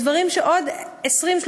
אלה דברים שעוד 20,